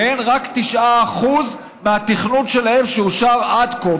ורק 9% מהתכנון שלהם שאושר עד כה,